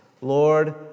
Lord